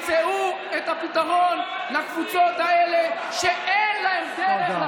את המעודדות האלה, אז הן המעודדות שלה.